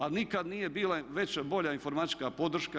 A nikad nije bila veća, bolja informatička podrška.